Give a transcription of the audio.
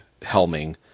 helming